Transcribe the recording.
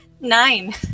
Nine